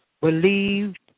believed